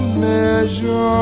measure